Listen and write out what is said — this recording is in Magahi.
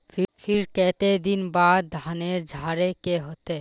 फिर केते दिन बाद धानेर झाड़े के होते?